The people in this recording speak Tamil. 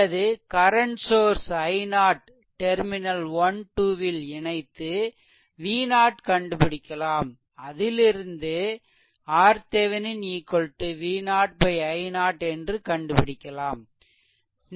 அல்லது கரன்ட் சோர்ஸ் i0 டெர்மினல் 1 2 ல் இணைத்து V0 கண்டுபிடிக்கலாம் அதிலிருந்து RThevenin V0 i0 என்று கண்டுபிடிக்கலாம்